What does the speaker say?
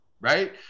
right